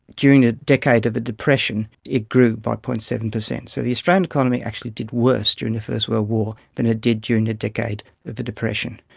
during the decade of the depression it grew by zero. seven percent. so the australian economy actually did worse during the first world war that it did during the decade of the depression.